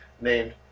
named